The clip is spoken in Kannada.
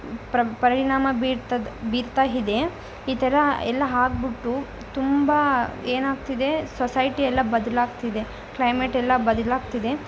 ಪರಿಣಾಮ ಬೀರ್ತದೆ ಬೀರ್ತಾ ಇದೆ ಈ ಥರ ಎಲ್ಲ ಆಗ್ಬುಟ್ಟು ತುಂಬ ಏನಾಗ್ತಿದೆ ಸೊಸೈಟಿ ಎಲ್ಲ ಬದಲಾಗ್ತಿದೆ ಕ್ಲೈಮೆಟ್ ಎಲ್ಲ ಬದಲಾಗ್ತಿದೆ